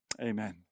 Amen